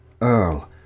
Earl